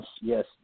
Yes